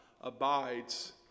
abides